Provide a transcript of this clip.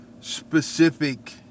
specific